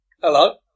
Hello